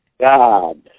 God